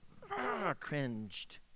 cringed